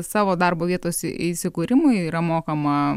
savo darbo vietos įsikūrimui yra mokama